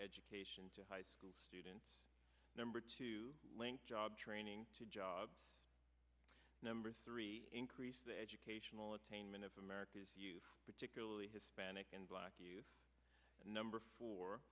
education to high school students number two length job training to job number three increase the educational attainment of america's youth particularly hispanic and black youth number four